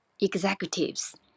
executives